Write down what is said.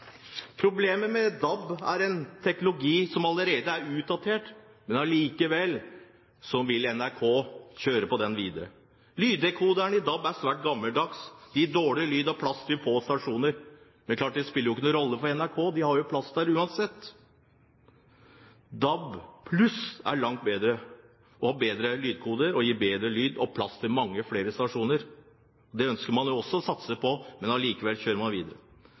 Problemet med DAB er at det er en teknologi som allerede er utdatert. Likevel vil NRK kjøre på den videre. Lyddekoderen i DAB er svært gammeldags. Det gir dårlig lyd og plass til få stasjoner. Det er klart at det ikke spiller noen rolle for NRK – de har jo plass der uansett. DAB+ er langt bedre, har bedre lyddekoder som gir bedre lyd og plass til mange flere stasjoner. Det ønsker man også å satse på, men likevel kjører man videre.